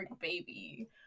baby